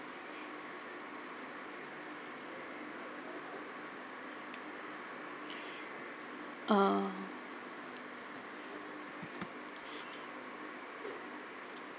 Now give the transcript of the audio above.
uh